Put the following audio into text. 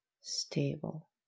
stable